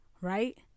Right